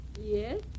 Yes